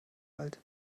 alt